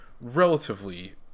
relatively